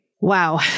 Wow